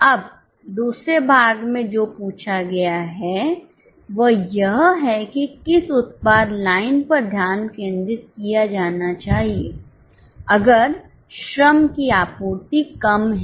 अब दूसरे भाग में जो पूछा गया है वह यह है कि किस उत्पाद लाइन पर ध्यान केंद्रित किया जाना चाहिए अगर श्रम की आपूर्ति कम है